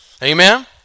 Amen